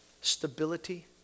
stability